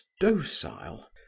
docile